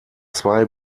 zwei